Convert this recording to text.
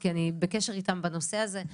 כי אני בקשר איתם בנושא הזה.